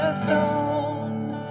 stone